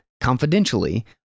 confidentially